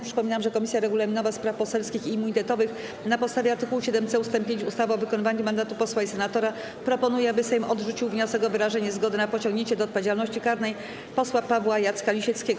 Przypominam, że Komisja Regulaminowa, Spraw Poselskich i Immunitetowych na podstawie art. 7c ust. 5 ustawy o wykonywaniu mandatu posła i senatora proponuje, aby Sejm odrzucił wniosek o wyrażenie zgody na pociągnięcie do odpowiedzialności karnej posła Pawła Jacka Lisieckiego.